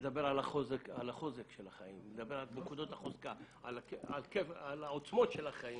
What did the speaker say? לדבר על החוזק של החיים, על העוצמות של החיים.